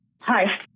Hi